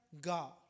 God